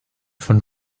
von